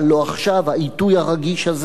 העיתוי הרגיש הזה וכו',